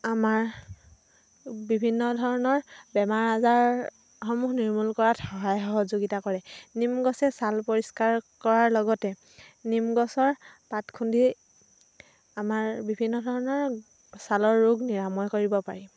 আমাৰ বিভিন্ন ধৰণৰ বেমাৰ আজাৰসমূহ নিৰ্মূল কৰাত সহায় সহযোগিতা কৰে নিম গছে ছাল পৰিষ্কাৰ কৰাৰ লগতে নিম গছৰ পাত খুন্দি আমাৰ বিভিন্ন ধৰণৰ ছালৰ ৰোগ নিৰাময় কৰিব পাৰি